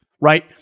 right